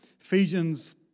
Ephesians